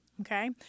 okay